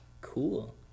cool